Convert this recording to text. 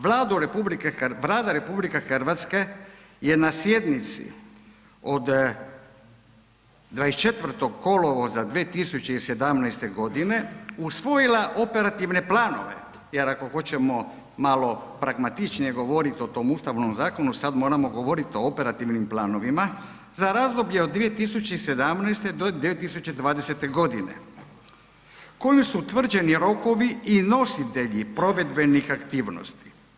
Vlada RH je na sjednici od 24. kolovoza 2017. godine usvojila Operativne planove, jer ako hoćemo malo pragmatičnije govorit o tom Ustavnom zakonu sad moramo govorit o Operativnim planovima za razdoblje od 2017. do 2020. godine, kojim su utvrđeni rokovi i nositelji provedbenih aktivnosti.